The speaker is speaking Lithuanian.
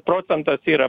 procentas yra